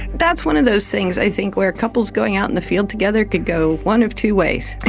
that's one of those things i think where couples going out in the field together could go one of two ways,